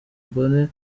mbone